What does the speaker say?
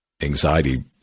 anxiety